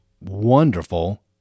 wonderful